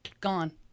gone